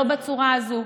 לא בצורה הזו,